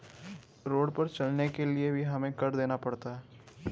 road पर चलने के लिए भी हमें कर देना पड़ता है